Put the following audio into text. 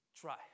try